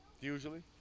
Usually